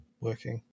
working